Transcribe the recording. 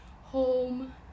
home